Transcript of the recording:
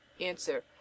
Answer